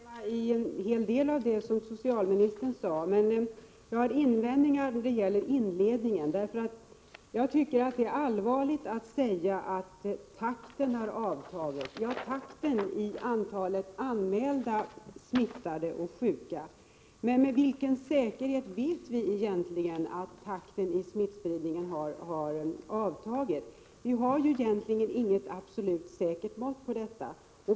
Herr talman! Också jag kan instämma i en hel del av det som socialministern sade. Men jag har invändningar mot inledningen. Jag tycker att det är allvarligt att säga att takten har avtagit. Ja, takten vad gäller antalet anmälda smittade och sjuka har avtagit. Men med vilken säkerhet vet vi egentligen att smittspridningstakten har avtagit? Vi har inget absolut säkert mått på detta.